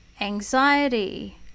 anxiety